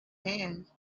hands